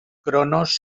cronos